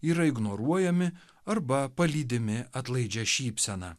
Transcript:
yra ignoruojami arba palydimi atlaidžia šypsena